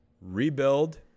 rebuild